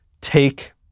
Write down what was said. take